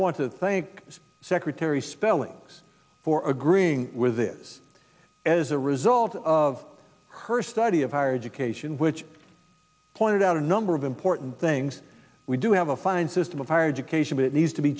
want to thank secretary spellings for agreeing with this as a result of her study of higher education which pointed out a number of important things we do have a fine system of higher education but it needs to be